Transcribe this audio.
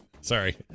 Sorry